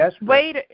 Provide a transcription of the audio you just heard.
Wait